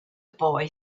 boy